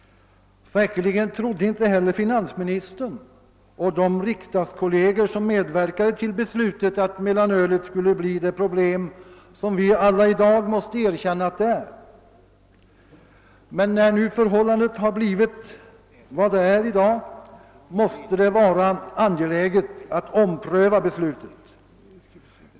Säkerligen trodde inte heller finansministern och de riksdagskolleger, som medverkade till beslutet, att mellanölet skulle bli det problem som vi alla i dag måste erkänna att det är. Men när det nu förhåller sig så, måste det vara angeläget att ompröva beslutet.